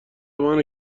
منو